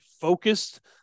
focused